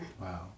Wow